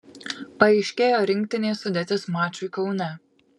paaiškėjo rinktinės sudėtis mačui kaune